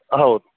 ಹೌದು